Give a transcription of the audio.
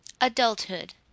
Adulthood